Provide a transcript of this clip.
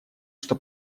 что